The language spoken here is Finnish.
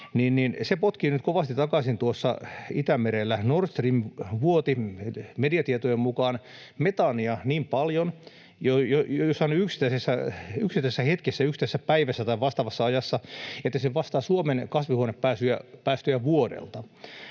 potkii nyt kovasti takaisin tuossa Itämerellä. Nord Stream vuoti mediatietojen mukaan metaania niin paljon jossain yksittäisessä hetkessä, yksittäisessä päivässä tai vastaavassa ajassa, että se vastaa Suomen kasvihuonepäästöjä vuodelta.